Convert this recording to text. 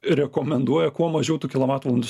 rekomenduoja kuo mažiau tų kilovatvalandų